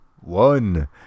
one